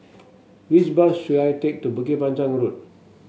which bus should I take to Bukit Panjang Road